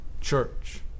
church